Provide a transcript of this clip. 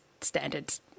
standards